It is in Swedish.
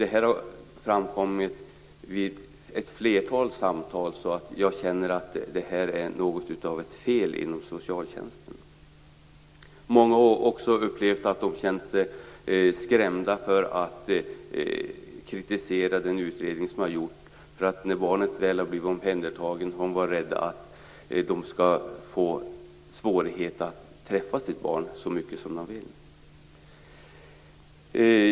Det här har framkommit vid ett flertal samtal, så jag känner att det här är något av ett fel inom socialtjänsten. Många har också känt sig skrämda för att kritisera den utredning som har gjorts, därför att de har varit rädda att få svårighet att träffa sitt barn så mycket som de vill när barnet väl har blivit omhändertaget.